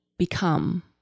Become